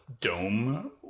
dome